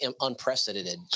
unprecedented